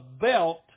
belt